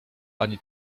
ani